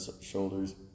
shoulders